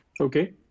okay